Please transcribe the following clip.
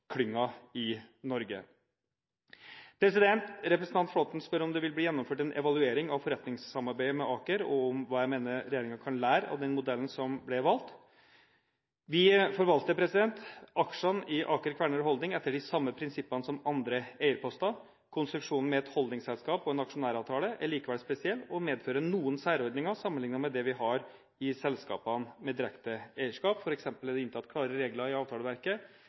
i Norge. Representanten Flåtten spør om det vil bli gjennomført en evaluering av forretningssamarbeidet med Aker, og hva jeg mener regjeringen kan lære av den modellen som ble valgt. Vi forvalter aksjene i Aker Kværner Holding etter de samme prinsippene som andre eierposter. Konstruksjonen med et holdingselskap og en aksjonæravtale er likevel spesiell og medfører noen særordninger sammenliknet med det vi har i selskapene med direkte eierskap, f.eks. er det inntatt klare regler i avtaleverket